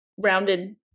rounded